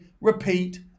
repeat